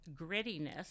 grittiness